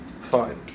fine